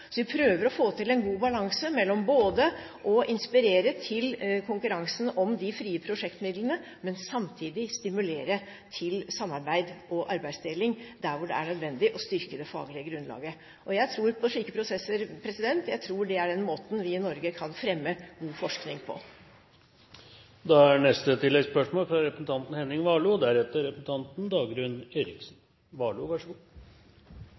så vi prøver å få til en god balanse mellom både å inspirere til konkurranse om de frie prosjektmidlene og stimulere til samarbeid og arbeidsdeling der hvor det er nødvendig å styrke det faglige grunnlaget. Jeg tror på slike prosesser. Jeg tror det er den måten vi i Norge kan fremme god forskning på. Henning Warloe – til oppfølgingsspørsmål. Jeg vil tilbake til gaveforsterkningsordningen. Hvis det er